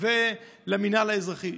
הביטחון ולמינהל האזרחי,